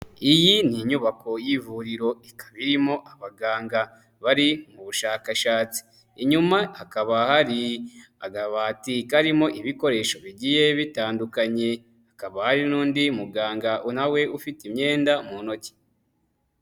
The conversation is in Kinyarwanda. Iyi ni inyubako y'ivuriro, bakaba harimo abaganga bari mu bushakashatsi, inyuma hakaba hari akabati karimo ibikoresho bigiye bitandukanye, hakaba hari n'undi muganga nawe ufite imyenda mu ntoki.